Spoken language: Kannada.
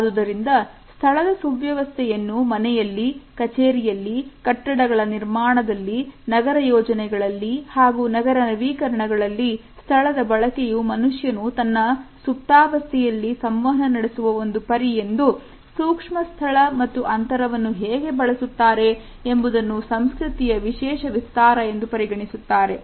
ಆದುದರಿಂದ ಸ್ಥಳದ ಸುವ್ಯವಸ್ಥೆಯನ್ನು ಮನೆಯಲ್ಲಿ ಕಚೇರಿಯಲ್ಲಿ ಕಟ್ಟಡಗಳ ನಿರ್ಮಾಣದಲ್ಲಿ ನಗರ ಯೋಜನೆಗಳಲ್ಲಿ ಹಾಗೂ ನಗರ ನವೀಕರಣ ಗಳಲ್ಲಿ ಸ್ಥಳದ ಬಳಕೆಯು ಮನುಷ್ಯನು ತನ್ನ ಸುಪ್ತಾವಸ್ಥೆಯಲ್ಲಿ ಸಂವಹನ ನಡೆಸುವ ಒಂದು ಪರಿ ಎಂದು ಸೂಕ್ಷ್ಮ ಸ್ಥಳ ಮತ್ತು ಅಂತರವನ್ನು ಹೇಗೆ ಬಳಸುತ್ತಾರೆ ಎಂಬುದನ್ನು ಸಂಸ್ಕೃತಿಯ ವಿಶೇಷ ವಿಸ್ತಾರ ಎಂದು ಪರಿಗಣಿಸುತ್ತಾರೆ